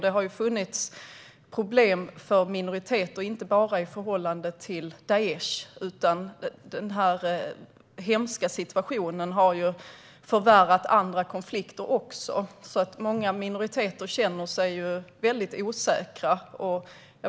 Det har funnits problem för minoriteter, inte bara i förhållande till Daish. Denna hemska situation har förvärrat andra konflikter också, och många minoriteter känner sig väldigt osäkra.